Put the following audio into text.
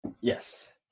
Yes